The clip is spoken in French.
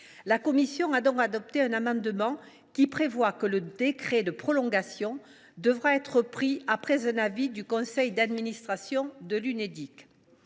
La commission a donc adopté un amendement tendant à préciser que le décret de prolongation devra être pris après avis du conseil d’administration de l’Unédic.